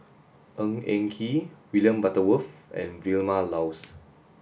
Ng Eng Kee William Butterworth and Vilma Laus